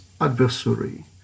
adversary